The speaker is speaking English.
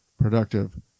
productive